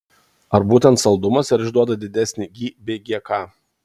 ar būtent saldumas ir išduoda didesnį gi bei gk